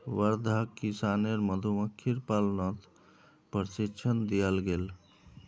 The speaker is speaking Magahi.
वर्धाक किसानेर मधुमक्खीर पालनत प्रशिक्षण दियाल गेल